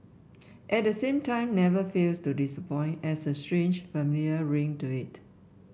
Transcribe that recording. at the same time never fails to disappoint as a strange familiar ring to it